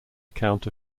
account